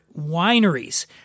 wineries